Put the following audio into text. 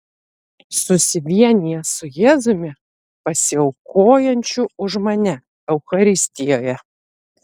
susivienijęs su jėzumi pasiaukojančiu už mane eucharistijoje